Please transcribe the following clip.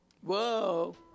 whoa